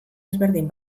ezberdin